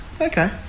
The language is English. Okay